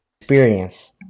experience